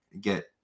get